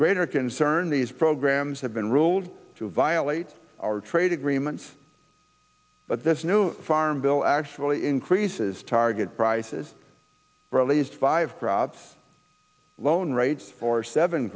greater concern these programs have been ruled to violate our trade agreements but this new farm bill actually increases target prices for at least five crops loan rates or seven